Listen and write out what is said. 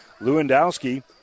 Lewandowski